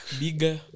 bigger